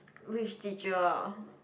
which teacher